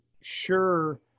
sure